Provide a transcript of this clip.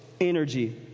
energy